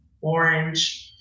orange